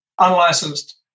unlicensed